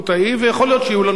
ויכול להיות שיהיו לנו עוד.